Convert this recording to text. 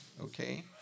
Okay